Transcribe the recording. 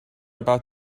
about